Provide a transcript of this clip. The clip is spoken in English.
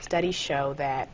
studies show that